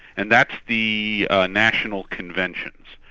and that's the national conventions.